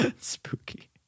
Spooky